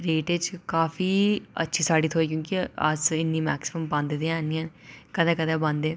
rate इच काफी अच्छी साह्ड़ी थ्होई क्योंकि अस इन्नी मैक्सिमम पांदे ते है निं ऐन कदें कदें पांदे